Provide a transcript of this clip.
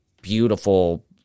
beautiful